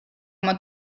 oma